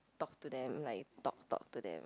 talk to them like talk talk to them